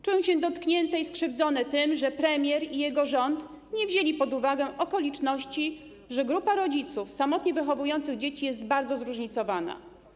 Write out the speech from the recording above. Czują się dotknięte i skrzywdzone tym, że premier i jego rząd nie wzięli pod uwagę okoliczności, że grupa rodziców samotnie wychowujących dzieci jest bardzo zróżnicowana.